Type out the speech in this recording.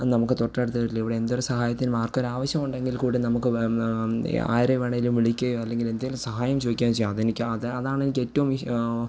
ആ നമുക്ക് തൊട്ടടുത്ത വീട്ടിലിവിടെ എന്തൊരു സഹായത്തിനും ആർക്ക് ഒരാവശ്യം ഉണ്ടെങ്കിൽ കൂടെ നമുക്ക് ആരെ വേണമെങ്കിലും വിളിക്കുകയോ അല്ലെങ്കിൽ എന്തെങ്കിലും സഹായം ചോദിക്കുവേം ചെയ്യാം അതെനിക്ക് അത് അതാണ് എനിക്ക് ഏറ്റവും ഈ